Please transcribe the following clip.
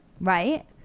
Right